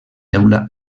teula